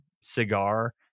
cigar